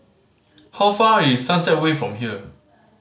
how far is Sunset Way from here